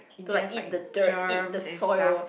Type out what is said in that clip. to like eat the dirt eat the soil